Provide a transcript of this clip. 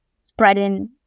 spreading